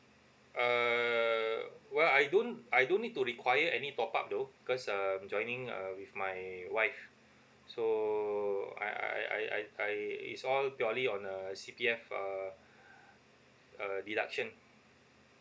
err well I don't I don't need to require any top up though because um joining um with my wife so I I I I I it's all purely on a C_P_F uh uh deduction